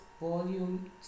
Volume